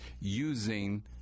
using